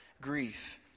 grief